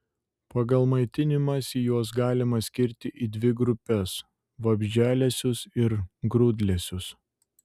pagal maitinimąsi juos galima skirti į dvi grupes vabzdžialesius ir grūdlesius